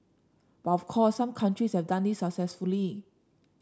but of course some countries have done this successfully